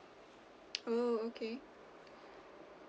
oh okay